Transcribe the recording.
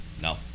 no